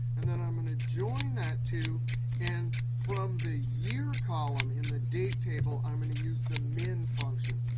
and then i'm going to join that too and from the year column in the date table, i'm going to use the min function.